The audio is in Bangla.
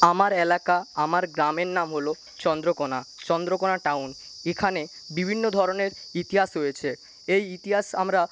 আমার এলাকা আমার গ্রামের নাম হল চন্দ্রকোণা চন্দ্রকোণা টাউন এখানে বিভিন্ন ধরনের ইতিহাস রয়েছে এই ইতিহাস আমরা